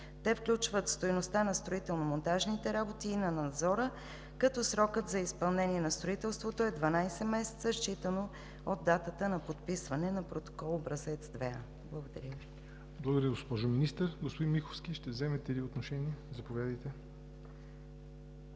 Те включват стойността на строително-монтажните работи и на надзора, като срокът за изпълнение на строителството е 12 месеца, считано от датата на подписване на протокол образец 2а. Благодаря Ви. ПРЕДСЕДАТЕЛ ЯВОР НОТЕВ: Благодаря, госпожо Министър. Господин Миховски, ще вземете ли отношение? Заповядайте.